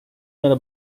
nella